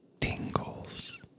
tingles